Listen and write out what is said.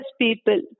people